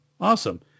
Awesome